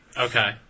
Okay